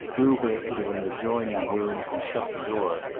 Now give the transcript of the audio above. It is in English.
drew her into an adjoining room and shut the door.